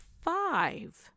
five